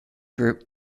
group